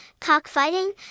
cockfighting